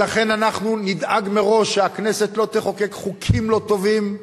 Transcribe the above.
ולכן אנחנו נדאג מראש שהכנסת לא תחוקק חוקים לא טובים,